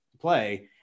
play